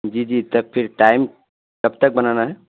جی جی تب پھر ٹائم کب تک بنانا ہے